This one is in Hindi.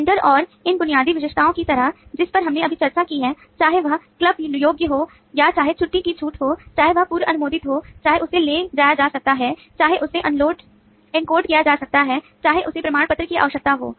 वेंडर और इन बुनियादी विशेषताओं की तरह जिस पर हमने अभी चर्चा की है चाहे वह क्लब योग्य हो या चाहे छुट्टी की छूट हो चाहे वह पूर्व अनुमोदित हो चाहे उसे ले जाया जा सकता है चाहे उसे एनकोड किया जा सकता है चाहे उसे प्रमाणपत्र की आवश्यकता हो